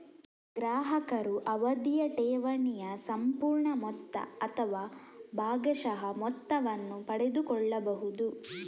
ಗ್ರಾಹಕರು ಅವಧಿಯ ಠೇವಣಿಯ ಸಂಪೂರ್ಣ ಮೊತ್ತ ಅಥವಾ ಭಾಗಶಃ ಮೊತ್ತವನ್ನು ಪಡೆದುಕೊಳ್ಳಬಹುದು